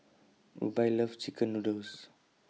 Rubye loves Chicken Noodles